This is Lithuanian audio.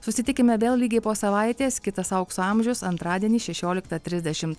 susitikime vėl lygiai po savaitės kitas aukso amžius antradienį šešioliktą trisdešimt